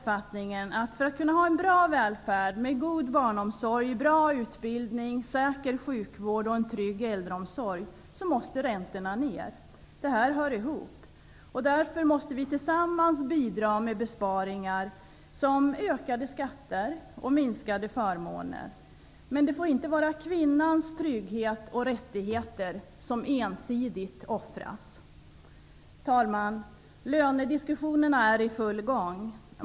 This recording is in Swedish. För att vi skall kunna ha en bra välfärd med god barnomsorg, bra utbildning, säker sjukvård och en trygg äldreomsorg måste räntorna enligt min uppfattning ned. Detta hör ihop. Därför måste vi tillsammans bidra med ökade skatter och minskade förmåner. Men det får inte ensidigt vara kvinnans trygghet och rättigheter som offras. Herr talman! Lönediskussionerna är i full gång.